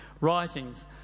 writings